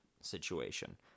situation